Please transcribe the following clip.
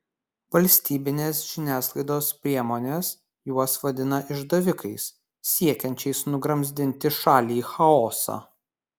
valstybinės žiniasklaidos priemonės juos vadina išdavikais siekiančiais nugramzdinti šalį į chaosą